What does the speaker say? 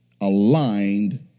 aligned